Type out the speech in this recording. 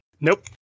Nope